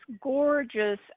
gorgeous